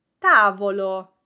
tavolo